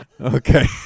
Okay